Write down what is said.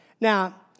Now